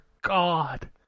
god